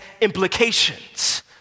implications